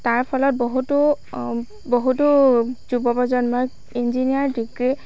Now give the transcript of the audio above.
তাৰ ফলত বহুতো বহুতো যুৱ প্ৰজন্মই ইঞ্জিনিয়াৰ ডিগ্ৰী